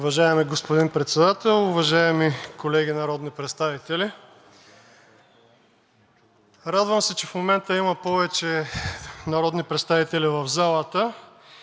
Уважаеми господин Председател, уважаеми колеги народни представители! Радвам се, че в момента има повече народни представители в залата